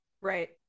Right